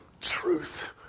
Truth